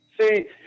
See